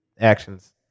actions